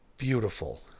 beautiful